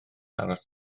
aros